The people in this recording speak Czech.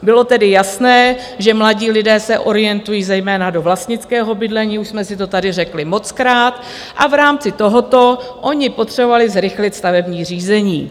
Bylo tedy jasné, že mladí lidé se orientují zejména do vlastnického bydlení, už jsme si to tady řekli mockrát, a v rámci tohoto oni potřebovali zrychlit stavební řízení.